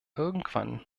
irgendwann